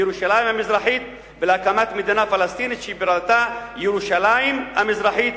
בירושלים המזרחית ולהקים מדינה פלסטינית שבירתה ירושלים המזרחית,